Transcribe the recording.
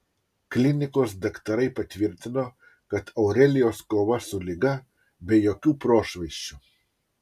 klinikos daktarai patvirtino kad aurelijos kova su liga be jokių prošvaisčių